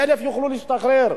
כל ה-160,000 יוכלו להשתחרר.